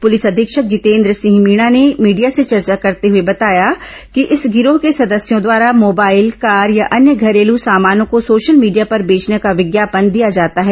प्रलिस अधीक्षक जितेन्द्र सिंह मीणा ने भीडिया से चर्चा करते हुए बताया कि इस गिरोह के सदस्यों द्वारा मोबाइल कार या अन्य घरेलू सामानों को सोशल मीडिया पर बेचने का विज्ञापन दिया जाता है